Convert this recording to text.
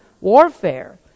warfare